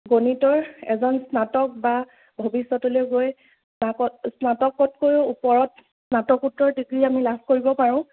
গণিতৰ এজন স্নাতক বা ভৱিষ্যতলৈ গৈ স্নাতকতকৈয়ো ওপৰত স্নাতকোত্তৰ ডিগ্ৰী আমি লাভ কৰিব পাৰোঁ